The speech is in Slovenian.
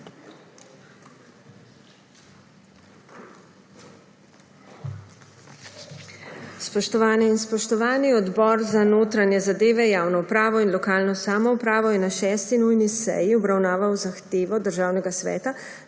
Spoštovane in spoštovani! Odbor za notranje zadeve, javno upravo in lokalno samoupravo je na 6. nujni seji obravnaval zahtevo Državnega sveta,